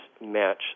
match